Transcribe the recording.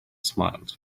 smiled